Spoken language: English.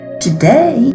Today